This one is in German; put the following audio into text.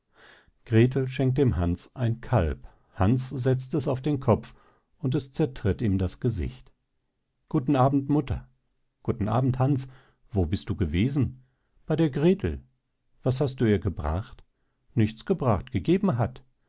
grethel schenkt dem hans ein kalb hans setzt es auf den kopf und es zertritt ihm das gesicht guten abend mutter guten abend hans wo bist du gewesen bei der grethel was hast du ihr gebracht nichts gebracht gegeben hat